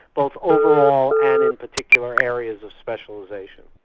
both overall and in particular areas of specialization.